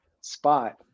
spot